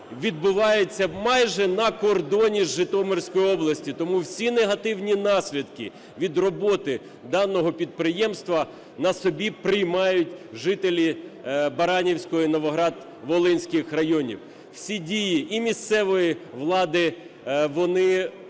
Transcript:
відбуваються майже на кордоні з Житомирською областю. Тому всі негативні наслідки від роботи даного підприємства на собі приймають жителі Баранівського і Новоград-Волинського районів. Всі дії і місцевої влади, вони фактично